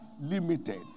limited